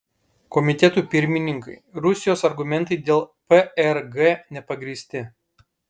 komitetų pirmininkai rusijos argumentai dėl prg nepagrįsti